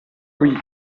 qui